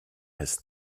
has